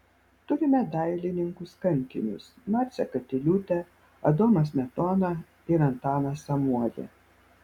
turime dailininkus kankinius marcę katiliūtę adomą smetoną ir antaną samuolį